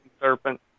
Serpent